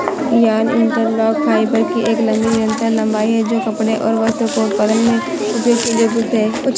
yarn interlock fibre की एक लंबी निरंतर लंबाई है, जो कपड़े और वस्त्रों के उत्पादन में उपयोग के लिए उपयुक्त है